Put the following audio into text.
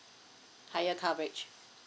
higher coverage